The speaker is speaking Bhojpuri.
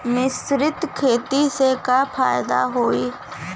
मिश्रित खेती से का फायदा होई?